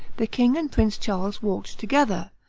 the king and prince charles walked together,